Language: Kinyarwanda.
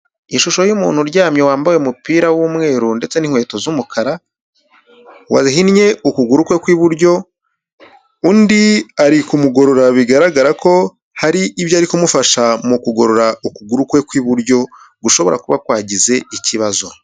Ishusho y'umuntu uryamye wambaye umupira w'umweru ndetse n'inkweto z'umukara, wahinnye ukuguru kwe kw'iburyo, undi ari kumugorora bigaragara ko hari ibyo ari kumufasha mu kugorora ukuguru kwe kw'iburyo, gushobora kuba kwagize ikibazo.